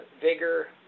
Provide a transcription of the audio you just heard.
vigor